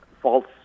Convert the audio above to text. false